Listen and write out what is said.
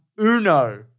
Uno